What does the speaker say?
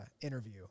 interview